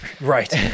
Right